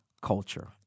culture